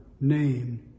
name